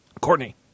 Courtney